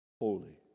holy